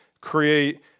create